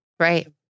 Right